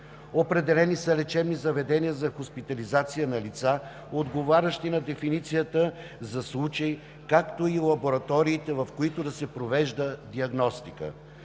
Определени са лечебни заведения за хоспитализация на лица, отговарящи на дефиницията за случаи, както и лабораториите, в които да се провежда диагностика.